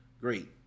great